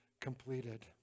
completed